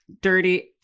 dirty